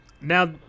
Now